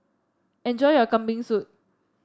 enjoy your Kambing Soup